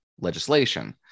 legislation